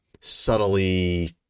subtly